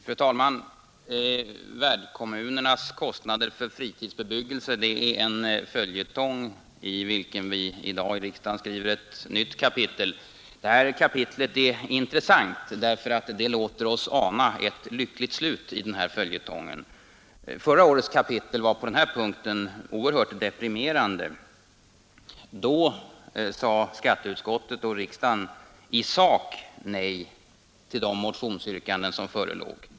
Fru talman! Värdkommunernas kostnader för fritidsbebyggelse är en följetong, i vilken vi i dag i riksdagen skriver ett nytt kapitel. Detta kapitel är intressant, eftersom det låter oss ana ett lyckligt slut på denna följetong. Förra årets kapitel var på denna punkt oerhört deprimerande. Då sade skatteutskottet och riksdagen i sak nej till de motionsyrkanden som förelåg.